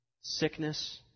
Sickness